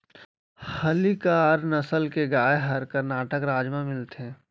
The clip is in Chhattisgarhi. हल्लीकर नसल के गाय ह करनाटक राज म मिलथे